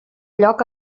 lloc